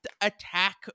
attack